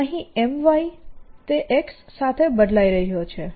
અહીં My એ x સાથે બદલાઈ રહ્યો છે